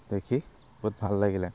দেখি বহুত ভাল লাগিলে